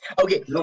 Okay